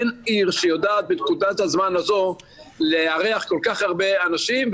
אין עיר שיודעת בנקודת הזמן הזו לארח כל כך הרבה אנשים,